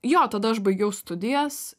jo tada aš baigiau studijas